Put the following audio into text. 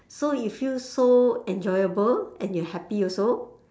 so it feels so enjoyable and you're happy also